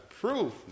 proof